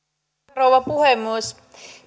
rouva puhemies